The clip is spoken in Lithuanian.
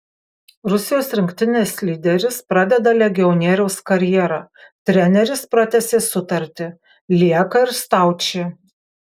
rusijos rinktinės lyderis pradeda legionieriaus karjerą treneris pratęsė sutartį lieka ir staučė